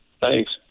Thanks